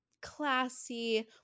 classy